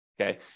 okay